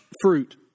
fruit